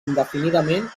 indefinidament